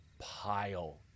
pile